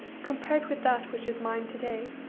compared with that which is mine to-day,